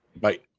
Bye